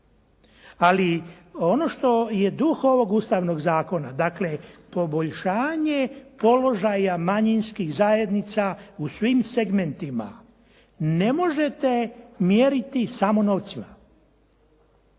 Ali, ono što je duh ovog ustavnog zakona, dakle poboljšanje položaja manjinskih zajednica u svim segmentima. Ne možete mjeriti samo novcima,